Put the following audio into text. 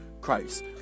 Christ